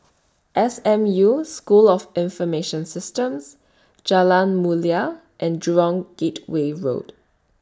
S M U School of Information Systems Jalan Mulia and Jurong Gateway Road